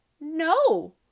No